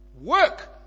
Work